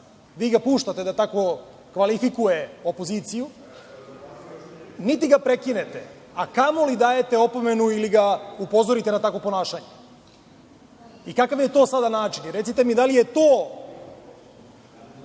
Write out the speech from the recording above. vi ga puštate da tako kvalifikuje opoziciju, niti ga prekinete, a kamoli dajete opomenu ili ga upozorite na takvo ponašanje. Kakav je to sada način? Recite mi, da li je to